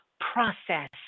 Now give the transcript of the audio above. process